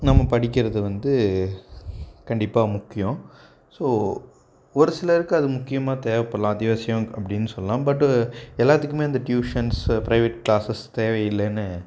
நம்ம படிக்கிறது வந்து கண்டிப்பாக முக்கியம் ஸோ ஒரு சிலருக்கு அது முக்கியமாக தேவைப்பட்லாம் அத்தியாவசியம் அப்படின்னு சொல்லலாம் பட்டு எல்லாத்துக்குமே இந்த டியூஷன்ஸு ப்ரைவேட் க்ளாஸஸ் தேவை இல்லைன்னு